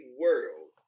world